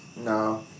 No